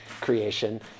creation